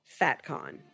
FatCon